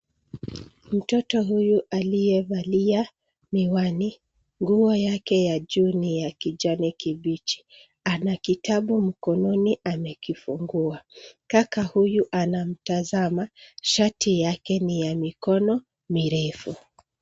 Mtoto huyu aliyevalia miwani, nguo yake ya juu ni ya kijani kibichi. Ana kitabu mkononi, amekifungua. Kaka huyu anamtazama shati yake ni ya mikono mirefu.